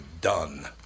done